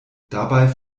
dabei